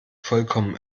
vollkommen